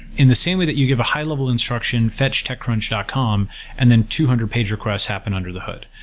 in the same way that you give a high-level instruction fetch techcrunch dot com and then two hundred page request happen under the hood.